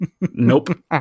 Nope